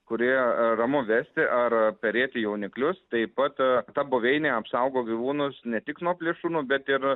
kurioje ramu vesti ar perėti jauniklius taip pat ta buveinė apsaugo gyvūnus ne tik nuo plėšrūnų bet ir